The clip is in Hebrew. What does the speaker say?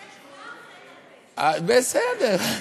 בסדר.